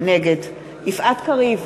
נגד יפעת קריב,